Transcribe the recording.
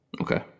Okay